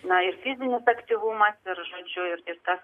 na ir fizinis aktyvumas ir žodžiu ir ta